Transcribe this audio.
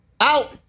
out